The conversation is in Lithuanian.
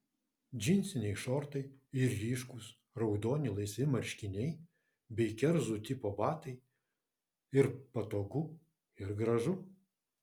džinsiniai šortai ir ryškūs raudoni laisvi marškiniai bei kerzų tipo batai ir patogu ir gražu